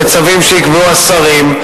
בצווים שיקבעו השרים,